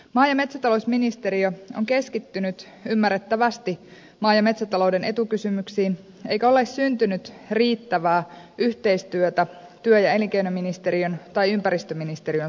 maa ja metsätalousministeriö on keskittynyt ymmärrettävästi maa ja metsätalouden etukysymyksiin eikä ole syntynyt riittävää yhteistyötä työ ja elinkeinoministeriön tai ympäristöministeriön suuntaan